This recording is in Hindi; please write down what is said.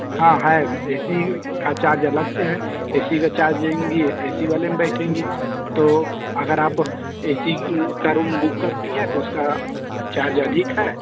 हाँ है ऐ सी का चार्ज अलग से है ऐ सी का चार्ज देंगी ऐ सी वाले में बैठेंगी तो अगर आप ऐ सी का रूम बुक करती हैं तो उसका चार्ज अधिक है